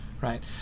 right